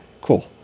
Cool